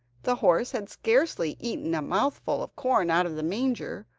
the horse had scarcely eaten a mouthful of corn out of the manger,